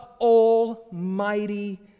almighty